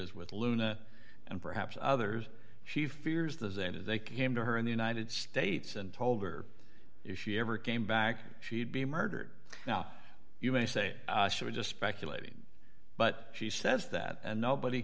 zetas with luna and perhaps others she fears the zetas they came to her in the united states and told her if she ever came back she'd be murdered now you may say we're just speculating but she says that nobody